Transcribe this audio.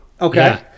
Okay